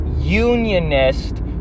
unionist